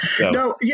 No